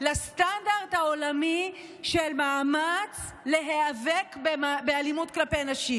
לסטנדרט העולמי של מאמץ להיאבק באלימות כלפי נשים.